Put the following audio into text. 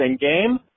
in-game